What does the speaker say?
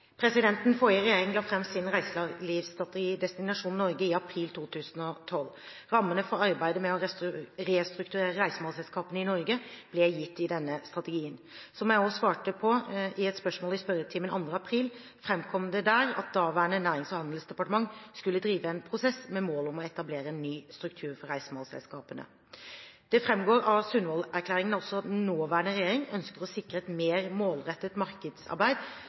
Den forrige regjering la fram sin reiselivsstrategi Destinasjon Norge i april 2012. Rammene for arbeidet med å restrukturere reisemålsselskapene i Norge ble gitt i denne strategien. Som jeg også svarte på i et spørsmål i spørretimen den 2. april, framkom det der at det daværende Nærings- og handelsdepartementet skulle drive en prosess med mål om å etablere en ny struktur for reisemålsselskapene. Det framgår av Sundvolden-erklæringen at også den nåværende regjeringen ønsker å sikre et mer målrettet markedsarbeid